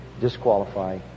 disqualify